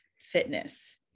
fitness